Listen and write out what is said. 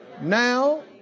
Now